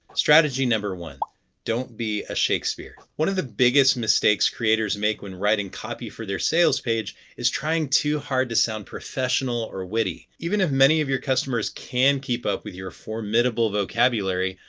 strategy number one don't be a shakespeare one of the biggest mistakes creators make when writing copy for their sales page is trying too hard to sound professional or witty. even if many of your customers can keep up with your formidable vocabulary,